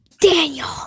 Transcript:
Daniel